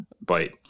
bite